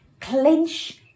clench